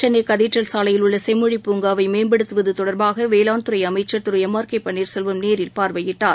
சென்னைகதீட்ரல் சாலையில் உள்ளசெம்மொழி பூங்காவைமேம்படுத்துவத்தொடர்பாகவேளாண் துறைஅமைச்சர் திருளம் ஆர் கேபன்வீர்செல்வம் நேரில் பார்வையிட்டார்